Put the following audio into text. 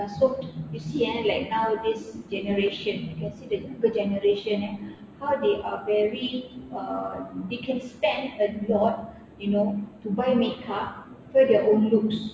ya so you see eh like nowadays generation you can see the different generation eh how they are very um they spend a lot you know to buy makeup for their own looks